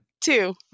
two